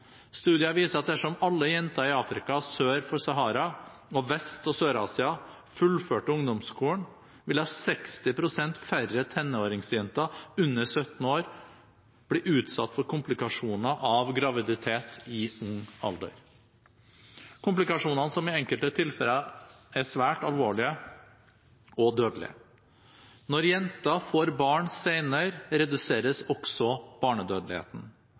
Studier viser at dersom alle jenter i Afrika sør for Sahara og i Vest- og Sør-Asia fullførte ungdomsskolen, ville 60 pst. færre tenåringsjenter under 17 år bli utsatt for komplikasjoner av graviditet i ung alder, komplikasjoner som i enkelte tilfeller er svært alvorlige og dødelige. Når jenter får barn senere, reduseres også barnedødeligheten.